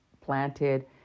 planted